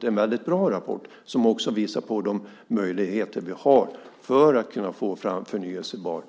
Det är en väldigt bra rapport, som också visar på de möjligheter vi har för att kunna få fram förnybar